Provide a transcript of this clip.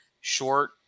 short